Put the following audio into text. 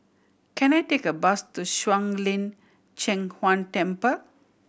can I take a bus to Shuang Lin Cheng Huang Temple